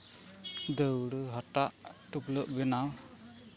ᱫᱟᱹᱣᱲᱟᱹ ᱦᱟᱴᱟᱜ ᱴᱩᱯᱞᱟᱹᱜ ᱵᱮᱱᱟᱣ